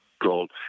gold